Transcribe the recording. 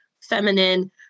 feminine